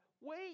wait